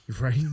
Right